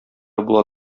була